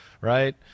right